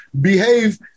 behave